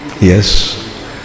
Yes